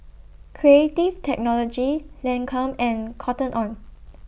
Creative Technology Lancome and Cotton on